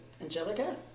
Angelica